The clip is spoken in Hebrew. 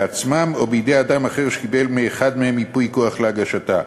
בעצמם או בידי אדם אחר שקיבל מאחד מהם ייפוי כוח להגשתה.